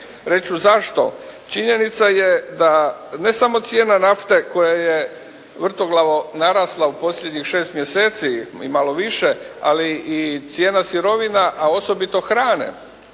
ću zašto. Činjenica je da ne samo cijena nafte koja je vrtoglavo narasla u posljednjih 6 mjeseci i malo više, ali i cijena sirovina, a osobito hrane.